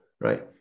right